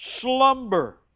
slumber